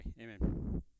Amen